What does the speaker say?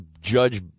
judge